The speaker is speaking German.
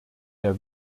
der